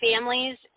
families